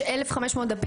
יש 1500 דפים,